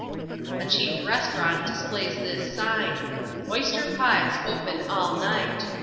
a cheap restaurant displays this sign oyster pies open all night,